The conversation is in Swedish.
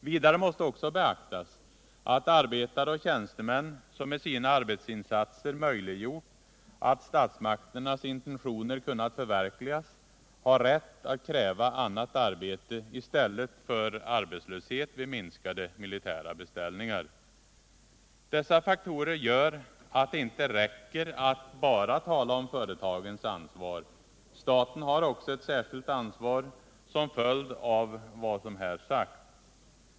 Vidare måste också beaktas att arbetare och tjänstemän, som med sina arbetsinsatser möjliggjort att statsmakternas intentioner kunnat förverkligas, har rätt att kräva annat arbete i stället för arbetslöshet vid en minskning av de militära beställningarna. Dessa faktorer gör att det inte räcker med att bara tala om företagens ansvar. Staten har också ett särskilt ansvar som en följd av vad som här sagts.